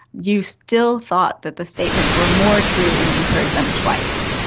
you still thought that the statements were more true when you heard them twice.